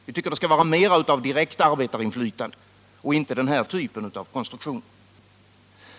Vi tycker att det skall vara mera av direkt arbetarinflytande — inte den här typen av konstruktion.